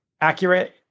accurate